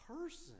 person